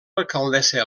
alcaldessa